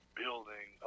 building